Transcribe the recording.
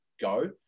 go